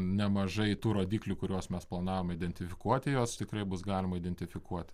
nemažai tų rodiklių kuriuos mes planavome identifikuoti juos tikrai bus galima identifikuoti